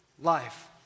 life